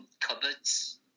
cupboards